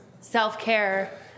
self-care